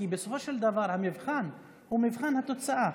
כי בסופו של דבר המבחן הוא מבחן התוצאה.